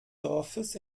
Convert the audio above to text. dorfes